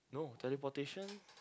no teleportation